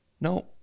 No